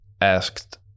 asked